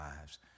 lives